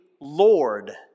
lord